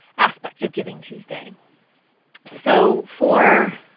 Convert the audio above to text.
aspect of givingtuesday. so for